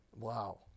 Wow